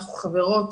אנחנו חברות